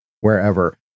wherever